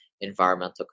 environmental